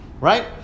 right